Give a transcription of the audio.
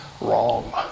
wrong